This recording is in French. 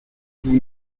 vous